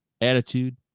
attitude